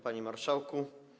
Panie Marszałku!